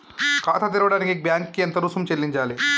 ఖాతా తెరవడానికి బ్యాంక్ కి ఎంత రుసుము చెల్లించాలి?